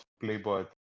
Playboy